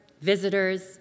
visitors